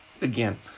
again